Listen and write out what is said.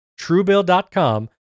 Truebill.com